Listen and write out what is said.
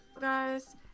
guys